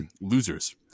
Losers